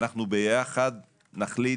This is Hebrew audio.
ביחד נחליט